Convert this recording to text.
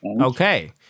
Okay